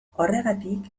horregatik